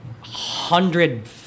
hundred